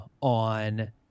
on